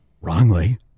wrongly –